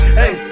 hey